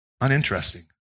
uninteresting